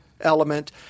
element